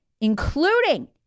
Including